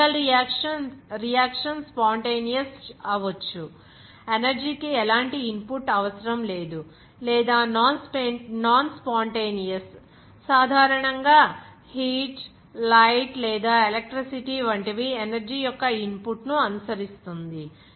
ఆ chemical reaction spontaneous అవొచ్చు energy కి ఎలాంటి ఇన్పుట్ అవసరం లేదు లేదా నాన్ స్పాంటేనియస్ సాధారణంగా హీట్ లైట్ లేదా ఎలక్ట్రిసిటీ వంటి వి ఎనర్జీ యొక్క ఇన్పుట్ ను అనుసరిస్తుంది